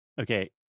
Okay